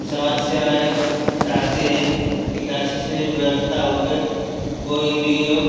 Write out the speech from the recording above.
स्वास्थ सेवाएँ चाहते हैं ताकि अच्छे से व्यवस्था हो कर कोई भी हो